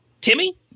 Timmy